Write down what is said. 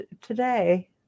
today